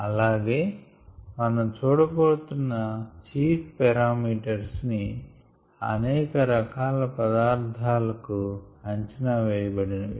అలాగే మనం చూడబోతున్న చీఫ్ పారామీటర్స్ ని అనేక రకాల పదార్ధాలకు అంచనా వేయబడినవి